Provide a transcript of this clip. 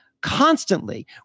constantly